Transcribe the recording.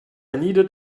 needed